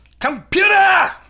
Computer